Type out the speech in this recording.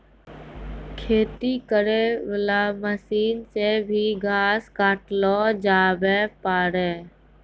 खेती करै वाला मशीन से भी घास काटलो जावै पाड़ै